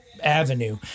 avenue